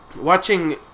watching